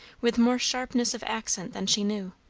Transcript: with more sharpness of accent than she knew.